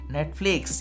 Netflix